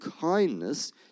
kindness